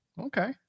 Okay